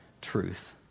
truth